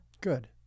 Good